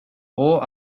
all